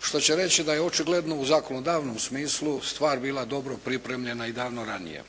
što će reći da je očigledno u zakonodavnom smislu stvar bila dobro pripremljena i davno ranije.